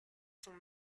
son